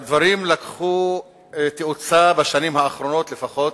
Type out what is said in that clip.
הדברים קיבלו תאוצה בשנים האחרונות לפחות,